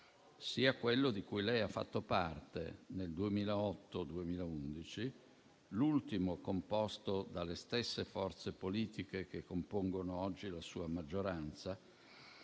sia quello di cui ha fatto parte nel periodo 2008-2011, l'ultimo composto dalle stesse forze politiche che compongono oggi la sua maggioranza.